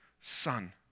son